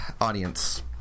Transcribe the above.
Audience